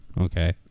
Okay